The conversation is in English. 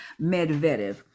medvedev